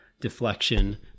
Deflection